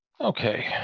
Okay